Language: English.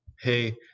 Hey